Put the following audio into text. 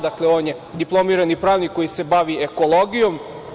Dakle, on je diplomirani pravnik koji se bavi ekologijom.